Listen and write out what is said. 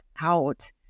out